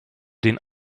den